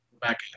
back